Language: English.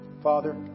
Father